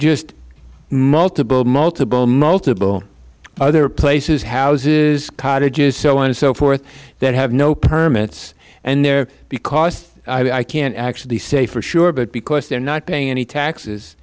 just multiple multiple multiple other places houses cottages so on and so forth that have no permits and there because i can't actually say for sure but because they're not paying any taxes